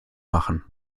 machen